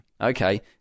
Okay